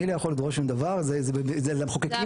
אני לא יכול לדרוש שום דבר, זה למחוקקים.